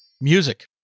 Music